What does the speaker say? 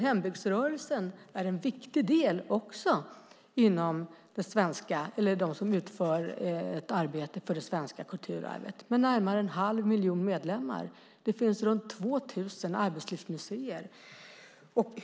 Hembygdsrörelsen är en viktig del i arbetet för det svenska kulturarvet med närmare en halv miljon medlemmar. Det finns runt 2 000 arbetslivsmuseer.